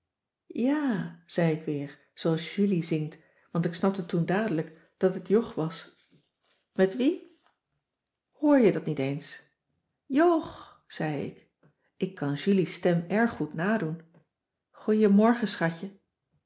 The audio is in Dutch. jaà zei ik weer zooals julie zingt want ik snapte toen dadelijk dat het jog was met wie cissy van marxveldt de h b s tijd van joop ter heul hoor je dat niet eens jg zei ik ik kan julie's stem erg goed nadoen goeiemorgen schatje